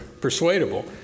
persuadable